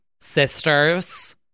sisters